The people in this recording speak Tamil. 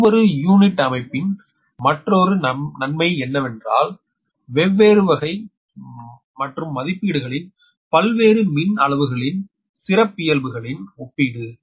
ஒவ்வொரு யூனிட் அமைப்பின் மற்றொரு நன்மை என்னவென்றால் வெவ்வேறு வகை மற்றும் மதிப்பீடுகளின் பல்வேறு மின் அளவுகளின் சிறப்பியல்புகளின் ஒப்பீடு